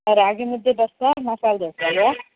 ರಾಗಿ ಮುದ್ದೆ ಬಸ್ಸಾರು ಮಸಾಲೆ ದೋಸೆಯಾ